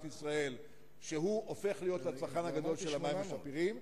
ישראל שהופכת להיות לצרכן הגדול של המים השפירים.